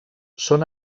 són